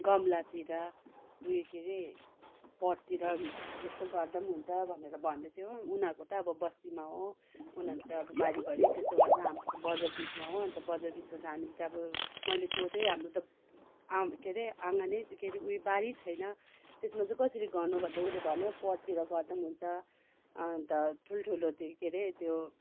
गमलातिर उयो के अरे पटतिर उयस्तो गर्दा हुन्छ भनेर भन्दै थियो हो उनीहरूको त अब बस्तीमा हो उनीहरूले त अब बारी भरी त्यस्तो गर्छ हाम्रो त बजार बिचमा हो अन्त बजार बिचमा त हामीले त अब मैले सोधे हाम्रो त के अरे आँगनै के अरे उयो बारी छैन त्यसमा चाहिँ कसरी गर्नु भनेर उसले भन्यो पटतिर गर्दा हुन्छ अन्त ठुल्ठुलो ती के अरे त्यो